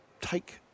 take